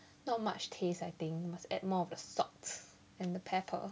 not much taste I think must add more of the salts and the pepper